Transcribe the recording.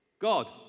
God